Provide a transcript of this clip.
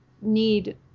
need